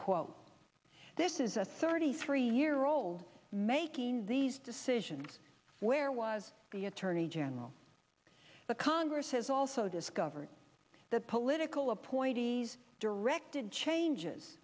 quote this is a thirty three year old making these decisions where was the attorney general the congress has also discovered that political appointees directed changes